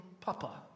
Papa